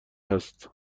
هست